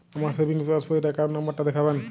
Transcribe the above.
আমার savings passbook র account number টা দেখাবেন?